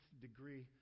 degree